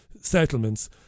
settlements